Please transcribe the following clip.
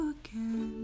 again